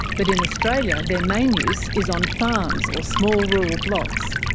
but in australia, their main use is on farms, or small rural blocks.